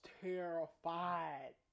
terrified